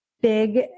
big